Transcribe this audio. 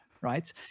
right